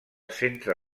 centre